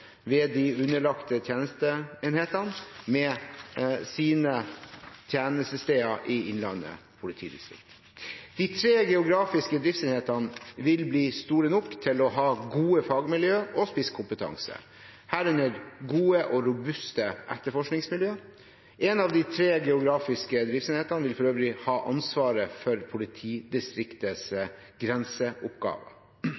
ved de underlagte tjenesteenehetene med sine tjenestesteder i Innlandet politidistrikt. De tre geografiske driftsenhetene vil bli store nok til å ha gode fagmiljø og spisskompetanse, herunder gode og robuste etterforskningsmiljø. Én av de tre geografiske driftsenhetene vil for øvrig ha ansvaret for politidistriktets